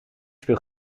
speel